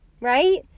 right